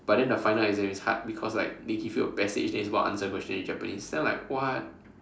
but then the final exam is hard because like they give you a passage then it's about answer the question in Japanese then I am like what